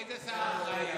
איזה שר אחראי לזה?